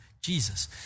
Jesus